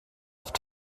oft